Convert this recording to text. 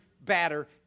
batter